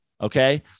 Okay